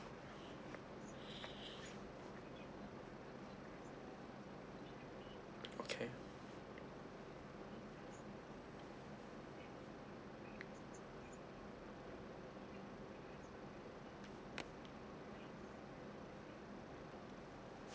okay